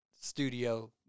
studio